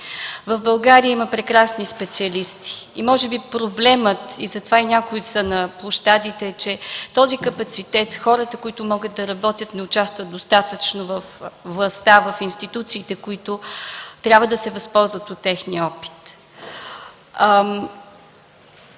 В България има прекрасни специалисти и може би проблемът, и затова някои са на площадите, е, че този капацитет – хората, които могат да работят, не участват достатъчно във властта, в институциите, които трябва да се възползват от техния опит.